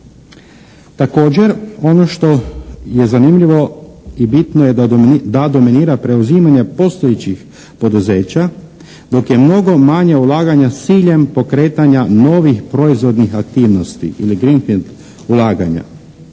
Također ono što je zanimljivo i bitno je da dominira preuzimanje postojećih poduzeća dok je mnogo manje ulaganja s ciljem pokretanja novih proizvodnih aktivnosti ili green field ulaganja.